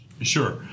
Sure